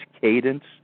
cadence